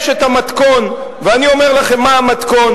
יש המתכון, ואני אומר לכם מה המתכון.